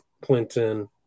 Clinton